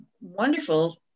wonderful